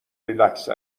ریلکس